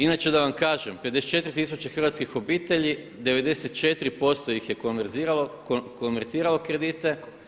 Inače da vam kažem 54 tisuće hrvatskih obitelji 94% ih je konvertiralo kredite.